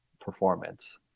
performance